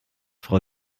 frau